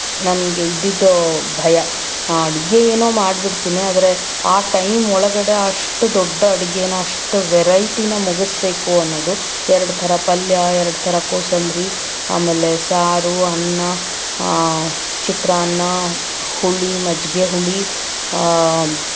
ನನಗೆ ಇದ್ದಿದ್ದ ಭಯ ಅಡುಗೆ ಏನೋ ಮಾಡ್ಬಿಡ್ತೀನಿ ಆದರೆ ಆ ಟೈಮ್ ಒಳಗಡೆ ಅಷ್ಟು ದೊಡ್ಡ ಅಡುಗೆನ ಅಷ್ಟು ವೆರೈಟಿನ ಮುಗಿಸ್ಬೇಕು ಅನ್ನೋದು ಎರಡು ಥರ ಪಲ್ಯ ಎರಡು ಥರ ಕೋಸಂಬರಿ ಆಮೇಲೆ ಸಾರು ಅನ್ನ ಚಿತ್ರಾನ್ನ ಹುಳಿ ಮಜ್ಜಿಗೆ ಹುಳಿ